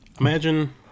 Imagine